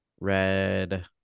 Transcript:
Red